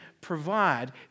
provide